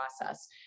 process